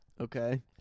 Okay